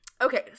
Okay